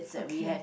okay